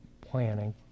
planning